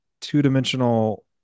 two-dimensional